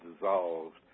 dissolved